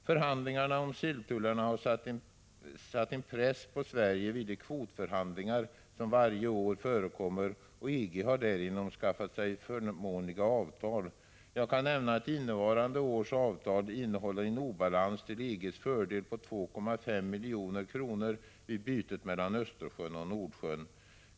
Förhandlingarna om silltullarna har satt en press på Sverige vid de kvotförhandlingar som varje år förekommer, och EG har därigenom skaffat sig förmånliga avtal. Jag kan nämna att innevarande års avtal innehåller en obalans till EG:s fördel på 2,5 milj.kr. vid byte med Östersjön/Nordsjön.